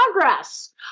progress